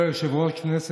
אמן.